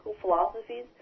philosophies